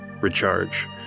Recharge